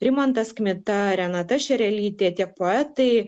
rimantas kmita renata šerelytė tiek poetai